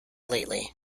lately